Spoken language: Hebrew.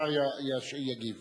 השר יגיב.